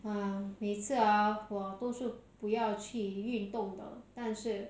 每次啊我都是不要去运动的但是